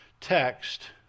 text